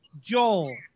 joel